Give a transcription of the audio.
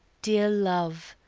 dear love,